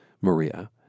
Maria